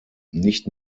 nicht